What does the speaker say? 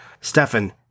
Stefan